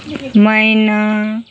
मैना